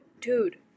dude